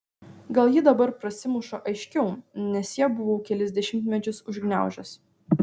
gal ji dabar prasimuša aiškiau nes ją buvau kelis dešimtmečius užgniaužęs